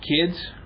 kids